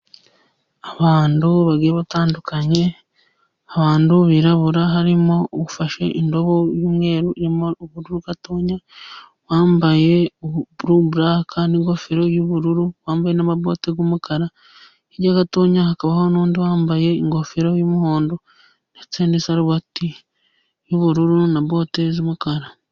Abantu bagiye batandukanye, abantu birabura, harimo ufashe indobo y'umweru, hirya gatoya wambaye buruburaka n'ingofero y'ubururu wambaye n'amaboti y'umukara. Hirya gatoya hakabaho n'undi wambaye ingofero y'umuhondo, ndetse n'isarubati y'ubururu na bote sumukara.